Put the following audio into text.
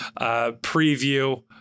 preview